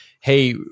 hey